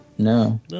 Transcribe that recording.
No